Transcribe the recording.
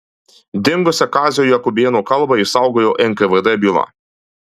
dingusią kazio jakubėno kalbą išsaugojo nkvd byla